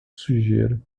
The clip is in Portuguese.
sujeira